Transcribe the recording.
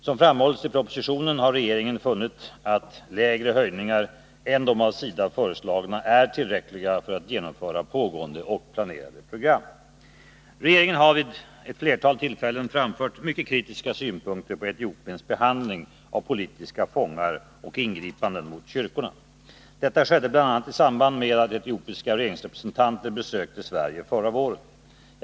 Som framhållits i propositionen har regeringen funnit att lägre höjningar än de av SIDA föreslagna är tillräckliga för att genomföra pågående och planerade program. Regeringen har vid ett flertal tillfällen framfört mycket kritiska synpunkter på Etiopiens behandling av politiska fångar och ingripanden mot kyrkorna. Detta skedde bl.a. i samband med att etiopiska regeringsrepresentanter besökte Sverige förra våren.